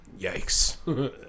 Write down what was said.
Yikes